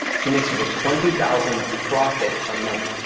he makes over twenty thousand profit a month,